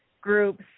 groups